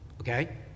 okay